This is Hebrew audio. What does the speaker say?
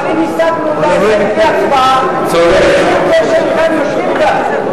אבל אם השגנו את ההישג בלי הצבעה זה בזכות זה שהם יושבים כאן.